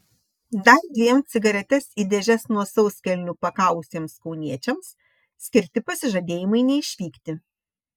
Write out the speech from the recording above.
dar dviem cigaretes į dėžes nuo sauskelnių pakavusiems kauniečiams skirti pasižadėjimai neišvykti